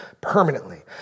permanently